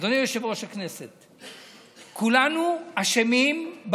אדוני יושב-ראש הכנסת, כולנו אשמים.